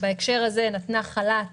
בהקשר הזה, נתנה חל"ת